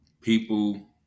people